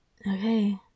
Okay